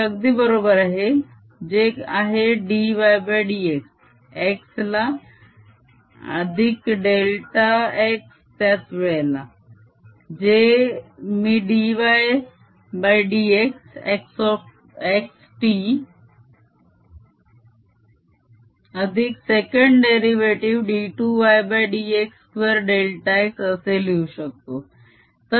हे अगदी बरोबर आहे जे आहे dydx x ला अधिक डेल्टा x त्याच वेळेला जे मी dydx x t अधिक सेकंड डेरीवेटीव d2ydx2डेल्टा x असे लिहू शकतो